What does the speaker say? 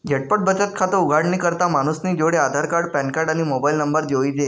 झटपट बचत खातं उघाडानी करता मानूसनी जोडे आधारकार्ड, पॅनकार्ड, आणि मोबाईल नंबर जोइजे